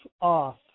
off